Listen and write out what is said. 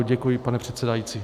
Děkuji, pane předsedající.